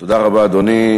תודה רבה, אדוני.